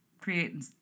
creating